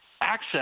access